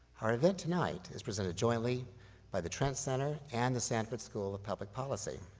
our event tonight is presented jointly by the trent center and the sanford school of public policy.